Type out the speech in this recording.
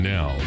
Now